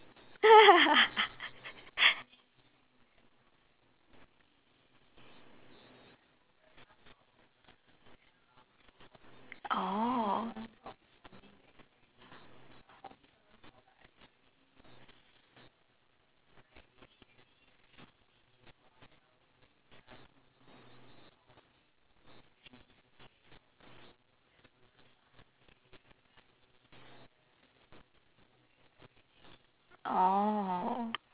oh